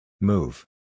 Move